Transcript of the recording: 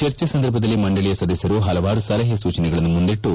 ಚರ್ಚೆ ಸಂದರ್ಭದಲ್ಲಿ ಮಂಡಳಿಯ ಸದಸ್ಕರು ಹಲವಾರು ಸಲಹೆ ಸೂಚನೆಗಳನ್ನು ಮುಂದಿಟ್ಟು